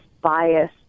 bias